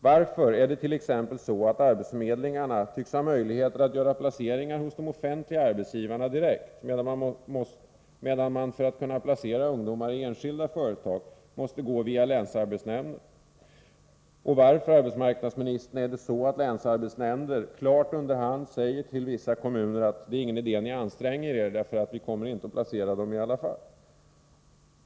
Varför är det t.ex. så att arbetsförmedlingarna tycks ha möjligheter att göra placeringar hos stora offentliga arbetsgivare direkt medan man för att kunna placera ungdomar i enskilda företag måste gå via länsarbetsnämnder? Och varför, arbetsmarknadsministern, är det så att länsarbetsnämnderna klart under hand säger till vissa kommuner att det inte är någon ide att de anstränger sig, eftersom man inte kommer att placera ungdomarna i alla fall?